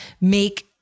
make